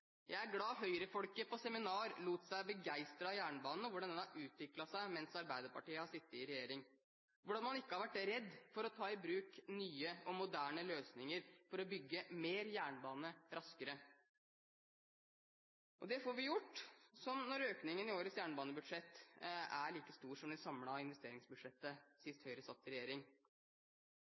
Jeg er glad høyrefolket på seminar lot seg begeistre av jernbanen og hvordan den har utviklet seg mens Arbeiderpartiet har sittet i regjering, hvor man ikke har vært redd for å ta i bruk nye og moderne løsninger for å bygge mer jernbane raskere. Det får vi gjort når økningen i årets jernbanebudsjett er like stor som det samlede investeringsbudsjettet sist Høyre satt i regjering.